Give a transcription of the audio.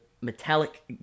metallic